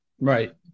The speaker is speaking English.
right